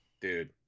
dude